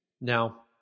Now